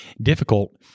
difficult